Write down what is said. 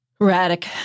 Radic